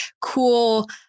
cool